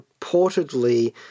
reportedly